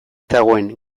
dagoen